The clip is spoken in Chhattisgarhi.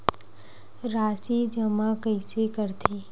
राशि जमा कइसे करथे?